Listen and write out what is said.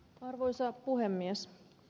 arvoisa puhemies